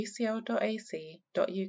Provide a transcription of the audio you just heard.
ucl.ac.uk